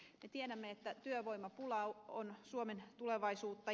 me tiedämme että työvoimapula on suomen tulevaisuutta